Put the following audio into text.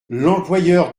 l’employeur